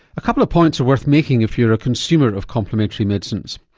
a couple of points are worth making if you're a consumer of complementary medicines.